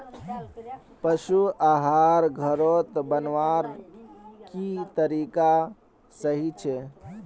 पशु आहार घोरोत बनवार की तरीका सही छे?